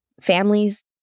families